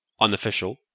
unofficial